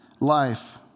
life